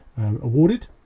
awarded